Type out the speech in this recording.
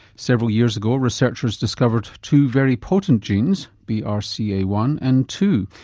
several years ago, researchers discovered two very potent genes, b r c a one and two.